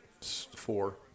Four